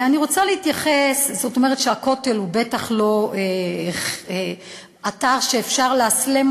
זאת אומרת שהכותל הוא בטח לא אתר שאפשר לאסלם